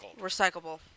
Recyclable